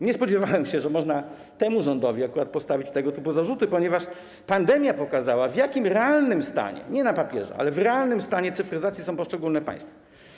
Nie spodziewałem się, że można akurat temu rządowi postawić tego typu zarzuty, ponieważ pandemia pokazała, w jakim realnym stanie, nie na papierze, ale w realnym stanie cyfryzacji są poszczególne państwa.